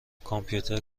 کامپیوتر